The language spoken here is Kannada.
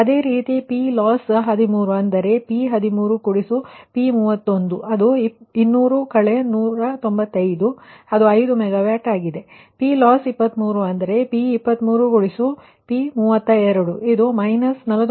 ಅದೇ ರೀತಿ PLOSS 13 ಅಂದರೆ P13P31200−195 ಇದು 5 ಮೆಗಾವ್ಯಾಟ್ ಆಗಿದೆ ಮತ್ತು PLOSS 23 ಅಂದರೆ P23 P32 ಇದು −49